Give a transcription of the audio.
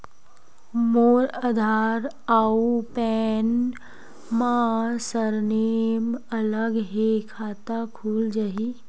मोर आधार आऊ पैन मा सरनेम अलग हे खाता खुल जहीं?